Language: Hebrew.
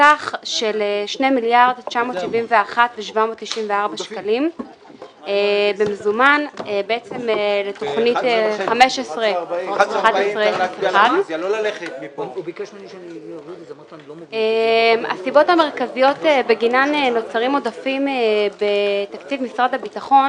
בסך של 2,971,794 מיליארד שקלים במזומן לתוכנית 15-11-01. הסיבות המרכזיות בגינן נוצרים עודפים בתקציב משרד הביטחון